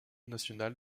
nationale